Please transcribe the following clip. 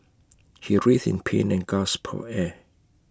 he writhed in pain and gasped for air